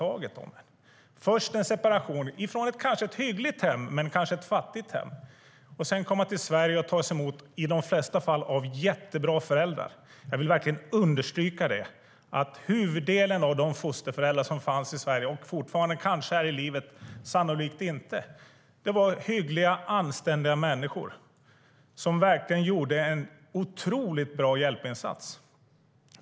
Först har de varit med om en separation från kanske ett hyggligt men fattigt hem. Sedan kom de till Sverige och togs emot i de flesta fall av jättebra föräldrar. Jag vill verkligen understryka det. Huvuddelen av de fosterföräldrar som fanns i Sverige och kanske fortfarande men sannolikt inte är i livet var hyggliga, anständiga människor som verkligen gjorde en otroligt bra hjälpinsats.